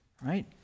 right